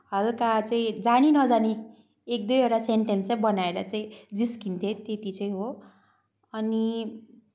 हल्का चाहिँ जानी नजानी एक दुईवटा सेन्टेन्स चाहिँ बनाएर चाहिँ जिस्किन्थेँ त्यति चाहिँ हो अनि